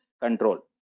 control